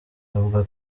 avuga